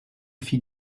fit